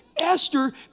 Esther